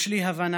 יש לי הבנה